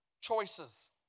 choices